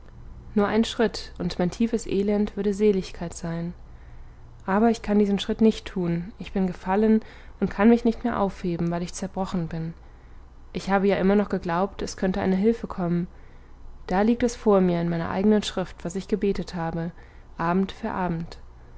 nur ein schritt und mein tiefes elend würde seligkeit sein aber ich kann diesen schritt nicht tun ich bin gefallen und kann mich nicht mehr aufheben weil ich zerbrochen bin ich habe ja immer noch geglaubt es könnte eine hülfe kommen da liegt es vor mir in meiner eigenen schrift was ich gebetet habe abend für abend